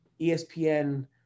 ESPN